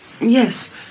Yes